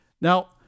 Now